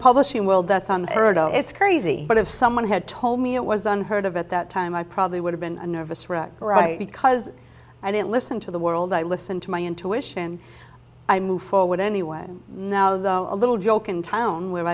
ergo it's crazy but if someone had told me it was unheard of at that time i probably would have been a nervous wreck right because i didn't listen to the world i listen to my intuition i move forward anyway now the a little joke in town where